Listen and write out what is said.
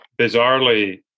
bizarrely